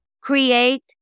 create